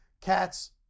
cats